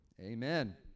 amen